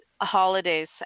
holidays